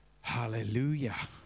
Hallelujah